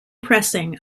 pressing